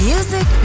Music